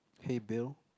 hey Bill